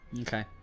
okay